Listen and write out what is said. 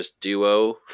duo